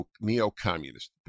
neo-communist